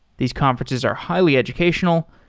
these conferences are highly educational,